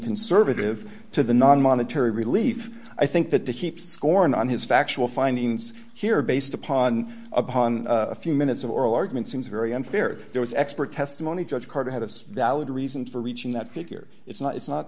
conservative to the non monetary relief i think that the heap scorn on his factual findings here based upon upon a few minutes of oral argument seems very unfair there was expert testimony judge carter had of valid reasons for reaching that figure it's not it's not